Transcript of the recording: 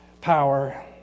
power